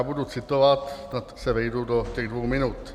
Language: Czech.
Budu citovat, snad se vejdu do těch dvou minut.